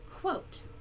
quote